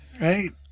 right